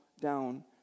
down